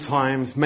times